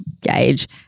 gauge